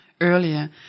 earlier